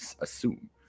assume